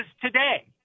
today